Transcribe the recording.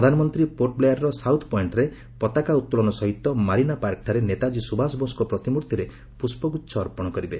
ପ୍ରଧାନମନ୍ତ୍ରୀ ପୋର୍ଟବ୍ଲେୟାର୍ର ସାଉଥ୍ ପଏଣ୍ଟ୍ରେ ପତାକା ଉତ୍ତୋଳନ ସହିତ ମାରିନା ପାର୍କଠାରେ ନେତାକ୍ରୀ ସୁଭାଷ ବୋଷ୍ଙ୍କ ପ୍ରତିମୂର୍ତ୍ତିରେ ପୁଷ୍ଠଗୁଚ୍ଚ ଅର୍ପଣ କରିବେ